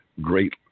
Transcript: great